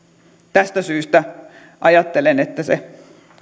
tästä syystä ajattelen että se